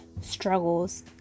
struggles